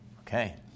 Okay